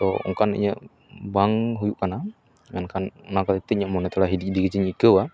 ᱛᱚ ᱚᱱᱠᱟᱱ ᱤᱧᱟᱹᱜ ᱵᱟᱝ ᱦᱩᱭᱩᱜ ᱠᱟᱱᱟ ᱢᱮᱱᱠᱷᱟᱱ ᱚᱱᱟ ᱠᱷᱟᱹᱛᱤᱨ ᱛᱮ ᱤᱧᱟᱹᱜ ᱢᱚᱱᱮ ᱛᱷᱚᱲᱟ ᱦᱤᱫᱤᱡ ᱫᱤᱜᱤᱡ ᱤᱧ ᱟᱹᱭᱠᱟᱣᱟ